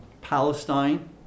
Palestine